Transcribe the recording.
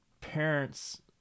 parents